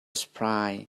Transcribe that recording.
spray